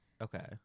Okay